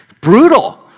brutal